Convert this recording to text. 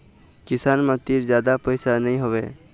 किसान मन तीर जादा पइसा नइ होवय